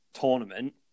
tournament